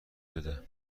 بده